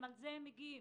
על זה הם מגיעים.